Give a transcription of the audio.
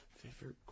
favorite